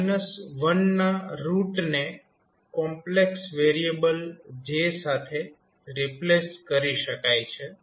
1 ના રુટ ને complex variable j સાથે રિપ્લેસ કરી શકાય છે